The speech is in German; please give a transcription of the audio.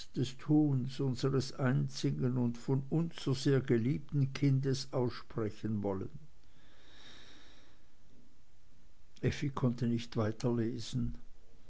des tuns unseres einzigen und von uns so sehr geliebten kindes aussprechen wollen effi konnte nicht weiterlesen